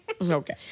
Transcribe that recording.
Okay